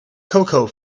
cocoa